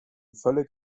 völlig